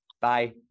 Bye